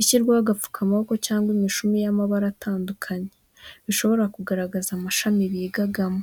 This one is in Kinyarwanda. ishyirwaho amapfukamaboko cyangwa imishumi y’amabara atandukanye, bishobora kugaragaza amashami bigagamo.